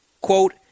Quote